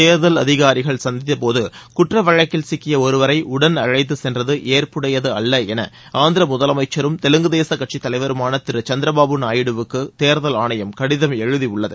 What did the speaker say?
தேர்தல் அதிகாரிகள் சந்தித்த போது குற்ற வழக்கில் சிக்கிய ஒருவரை உடன் அளழத்து சென்றது ஏற்புடையது அல்ல என ஆந்திர முதலமைச்சரும் தெலுங்கு தேச கட்சி தலைவருமான திரு சந்திரபாபு நாயுடுவுக்கு தேர்தல் ஆணையம் கடிதம் எழுதியுள்ளது